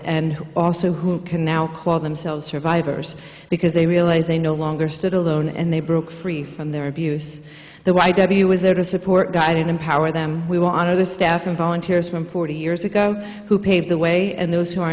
who also who can now call themselves survivors because they realize they no longer stood alone and they broke free from their abuse the y w was there to support guide and empower them we were on other staff and volunteers from forty years ago who paved the way and those who are